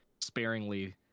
sparingly